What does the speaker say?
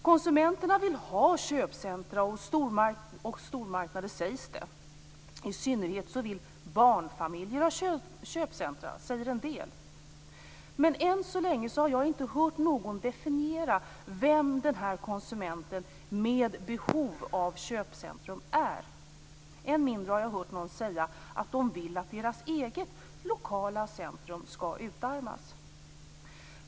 Konsumenterna vill ha köpcentrum och stormarknader, sägs det. I synnerhet barnfamiljer vill ha köpcentrum, säger en del. Men än så länge har jag inte hört någon definiera vem den här konsumenten med behov av köpcentrum är. Än mindre har jag hört någon säga sig vilja att det egna lokala centrumet skall utarmas.